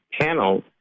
panel